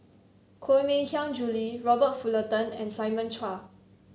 Koh Mui Hiang Julie Robert Fullerton and Simon Chua